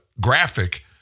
graphic